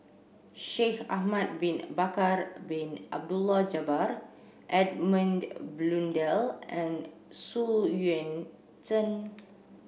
Shaikh Ahmad Bin Bakar Bin Abdullah Edmund Blundell and Xu Yuan Zhen